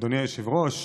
אדוני היושב-ראש,